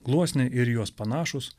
gluosniai ir į juos panašūs